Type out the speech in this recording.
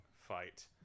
fight